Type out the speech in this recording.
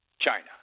China